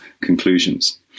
conclusions